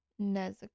Nezuko